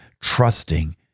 trusting